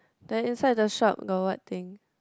then inside the shop got what thing